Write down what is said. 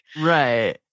Right